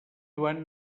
joan